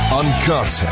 uncut